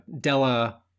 Della